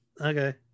Okay